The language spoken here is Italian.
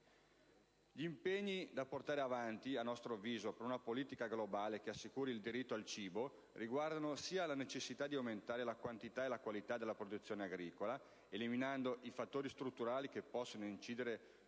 Gli impegni da portare avanti, a nostro avviso, per una politica globale che assicuri il diritto al cibo, riguardano sia la necessità di aumentare la quantità e la qualità della produzione agricola, eliminando i fattori strutturali che possono incidere